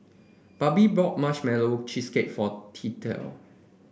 Barbie bought Marshmallow Cheesecake for Tillie